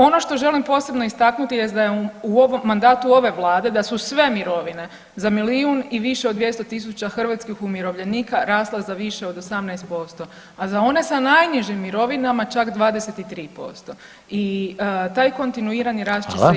Ono što želim posebno istaknuti jest da je u ovom, mandatu ove vlade da su sve mirovine za milijun i više od 200 tisuća hrvatskih umirovljenika rasle za više od 18%, a za one sa najnižim mirovinama čak 23% i taj kontinuirani rad će se i nastaviti.